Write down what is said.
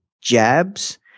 jabs